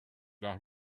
not